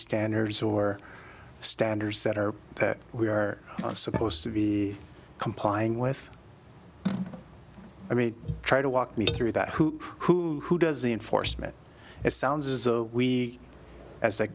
standards or standards that are that we are supposed to be complying with i mean try to walk me through that who who who does the enforcement it sounds as